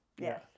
Yes